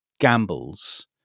gambles